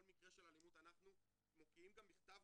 כל מקרה של אלימות אנחנו מוקיעים גם בכתב,